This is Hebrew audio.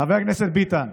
חבר הכנסת ביטן,